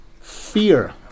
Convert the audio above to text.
Fear